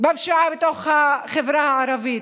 בפשיעה בתוך החברה הערבית.